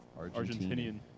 Argentinian